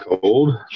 cold